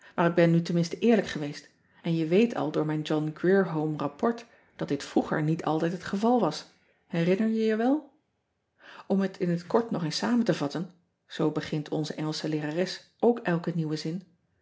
maar ik ben nu tenminste eerlijk geweest en je weet al door mijn ohn rier ome rapport dat dit vroeger niet altijd het geval was herinner je je wel m het in het kort nog eens samen te vatten zoo